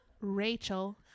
rachel